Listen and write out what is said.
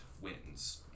wins